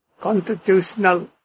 constitutional